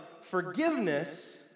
forgiveness